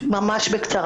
אני מקדימה